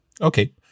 Okay